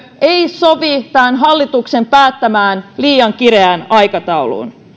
ei sovi tämän hallituksen päättämään liian kireään aikatauluun